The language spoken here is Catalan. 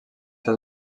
ser